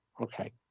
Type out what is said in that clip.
okay